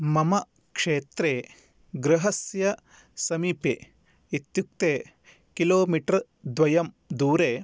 मम क्षेत्रे गृहस्य समीपे इत्युक्ते किलोमीटर् द्वयं दूरे